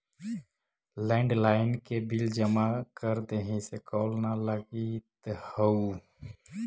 landline के bill जमा कर देहीं, इसे कॉल न लगित हउ